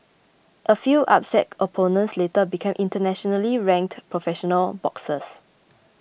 a few upset opponents later became internationally ranked professional l boxers